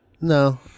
No